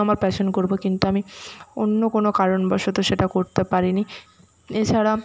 আমার প্যাশান করবো কিন্তু আমি অন্য কোনো কারণবশত সেটা করতে পারি নি এছাড়া